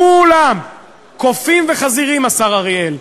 כולם קופים וחזירים, השר אריאל.